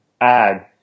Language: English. add